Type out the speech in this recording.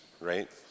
right